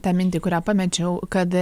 tą mintį kurią pamečiau kad